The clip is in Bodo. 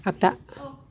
आग्दा